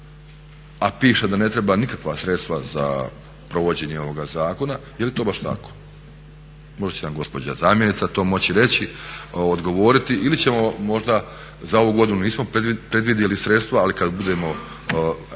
a piše da ne treba nikakva sredstva za provođenje ovoga zakona, je li to baš tako? Možda će nam gospođa zamjenica to moći reći, odgovoriti, ili ćemo možda za ovu godinu nismo predvidjeli sredstva ali kad budemo